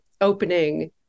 opening